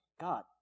God